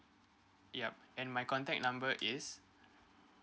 yup and my contact number is